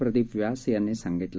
प्रदीप व्यास यांनी सांगितलं